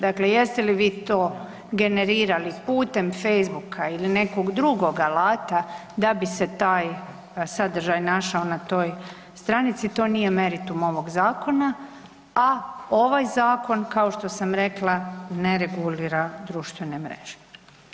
Dakle, jeste li vi to generirali putem Facebooka ili nekog drugog alata da bi se taj sadržaj našao na toj stranici to nije meritum ovog zakona, a ovaj zakon kao što sam rekla ne regulira društvene mreže.